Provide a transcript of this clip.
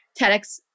TEDx